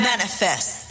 Manifest